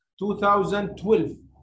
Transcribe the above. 2012